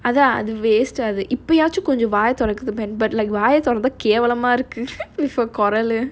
அதான் அது:athaan athu waste இப்பயாச்சும் கொஞ்சம் வாய தொறக்கு:ippayaachum konjam vaaya thorakku but like why வாய தொறந்த இருக்கு அவ குரலு:vaya thorantha irukku ava kuralu